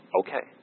okay